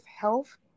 health